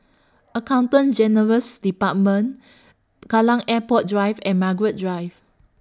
Accountant General's department Kallang Airport Drive and Margaret Drive